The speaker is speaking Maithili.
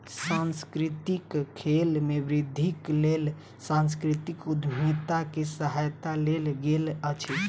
सांस्कृतिक खेल में वृद्धिक लेल सांस्कृतिक उद्यमिता के सहायता लेल गेल अछि